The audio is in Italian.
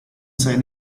sai